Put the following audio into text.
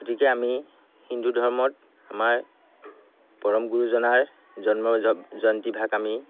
গতিকে আমি হিন্দু ধৰ্মত আমাৰ পৰম গুৰুজনাৰ জন্ম জয়ন্তীভাগ আমি